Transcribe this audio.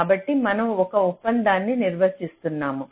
కాబట్టి మనం ఒక ఒప్పందాన్ని నిర్వచిస్తున్నాము